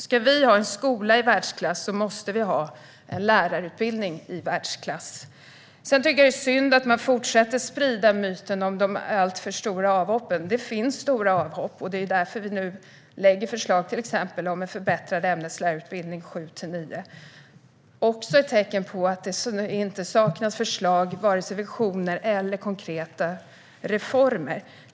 Ska vi ha en skola i världsklass måste vi ha en lärarutbildning i världsklass. Sedan tycker jag att det är synd att man fortsätter sprida myten om de alltför stora avhoppen. Det finns stora avhopp. Det är därför vi nu lägger fram förslag om till exempel en förbättrad ämneslärarutbildning för årskurserna 7-9. Det är också ett tecken på att det inte saknas förslag, visioner eller konkreta reformer.